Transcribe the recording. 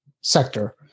sector